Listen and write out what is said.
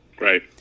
Right